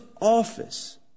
office